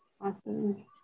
awesome